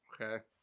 Okay